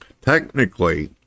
Technically